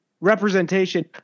representation